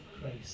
Christ